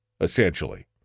essentially